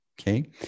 Okay